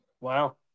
Wow